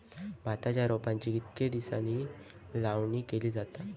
भाताच्या रोपांची कितके दिसांनी लावणी केली जाता?